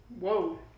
Whoa